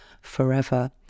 forever